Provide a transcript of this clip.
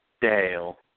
Dale